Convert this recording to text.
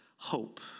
hope